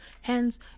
Hence